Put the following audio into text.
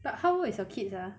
but how old is your kids ah